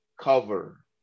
cover